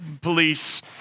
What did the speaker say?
police